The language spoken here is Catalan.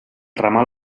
ramal